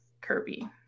Kirby